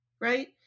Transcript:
right